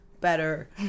better